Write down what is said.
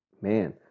man